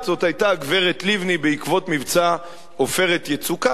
זאת היתה גברת לבני בעקבות מבצע "עופרת יצוקה",